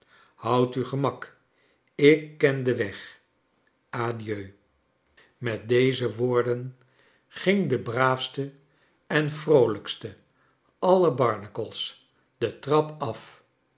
houd u ge mak ik ken den weg adieu met deze woorden ging de braafste en vroolijkste aller barnacles de trap af